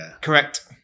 Correct